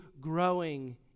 growing